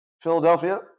Philadelphia